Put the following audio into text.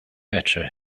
better